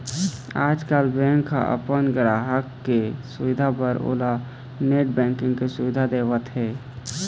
आजकाल बेंक ह अपन गराहक के सुबिधा बर ओला नेट बैंकिंग के सुबिधा देवत हे